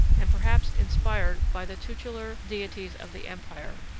and perhaps inspired by the tutelar deities of the empire.